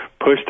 pushed